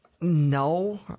no